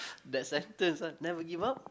that sentence ah never give up